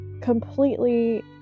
completely